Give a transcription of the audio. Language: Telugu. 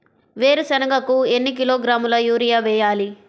వేరుశనగకు ఎన్ని కిలోగ్రాముల యూరియా వేయాలి?